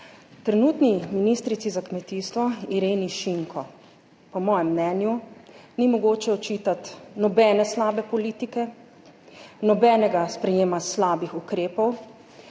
trenutni ministrici za kmetijstvo Ireni Šinko, po mojem mnenju, ni mogoče očitati nobene slabe politike, nobenega sprejema slabih ukrepov.